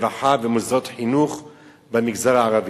רווחה ומוסדות חינוך במגזר הערבי.